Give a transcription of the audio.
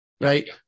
right